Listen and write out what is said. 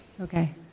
Okay